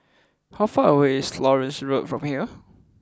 how far away is Florence Road from here